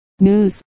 News